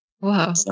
Wow